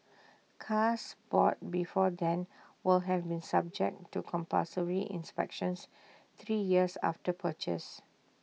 cars bought before then will have been subject to compulsory inspections three years after purchase